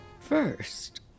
First